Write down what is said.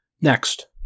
Next